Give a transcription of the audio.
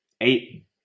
Eight